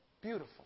Beautiful